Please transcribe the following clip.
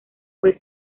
fue